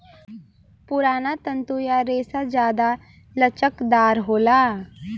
पुराना तंतु या रेसा जादा लचकदार होला